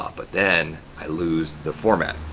um but then i lose the format.